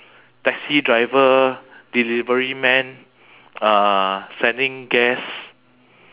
taxi driver delivery man uh sending gas